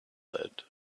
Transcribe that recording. that